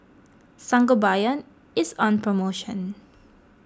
Sangobion is on promotion